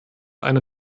einer